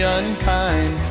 unkind